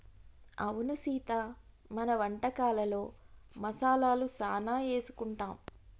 అవును సీత మన వంటకాలలో మసాలాలు సానా ఏసుకుంటాం